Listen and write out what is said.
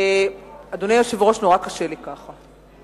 אדוני היושב-ראש, נורא קשה לי כך.